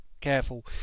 careful